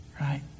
Right